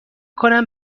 کنم